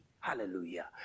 Hallelujah